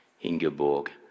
Ingeborg